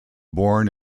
born